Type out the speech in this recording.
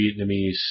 Vietnamese